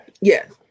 Yes